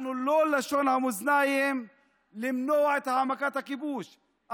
אנחנו לא לשון המאזניים למנוע את העמקת הכיבוש,